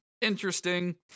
Interesting